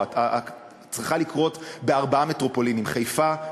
צריכים לקרות בארבע מטרופולינים: חיפה,